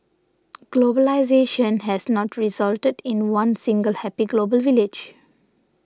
globalisation has not resulted in one single happy global village